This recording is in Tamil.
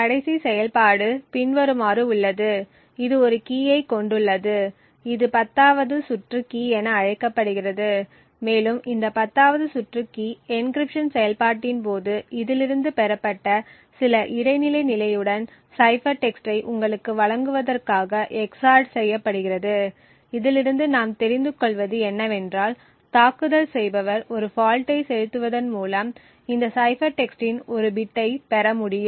கடைசி செயல்பாடு பின்வருமாறு உள்ளது இது ஒரு கீயை கொண்டுள்ளது இது 10 வது சுற்று கீ என அழைக்கப்படுகிறது மேலும் இந்த 10 வது சுற்று கீ என்க்ரிப்ஷன் செயல்பாட்டின் போது இதிலிருந்து பெறப்பட்ட சில இடைநிலை நிலையுடன் சைபர் டெக்ஸ்ட்டை உங்களுக்கு வழங்குவதற்காக xored செய்யப்படுகிறது இதிலிருந்து நாம் தெரிந்து கொள்வது என்னவென்றால் தாக்குதல் செய்பவர் ஒரு ஃபால்ட்டை செலுத்துவதன் மூலம் இந்த சைபர் டெக்ஸ்ட்டின் ஒரு பிட்டைப் பெற முடியும்